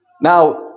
Now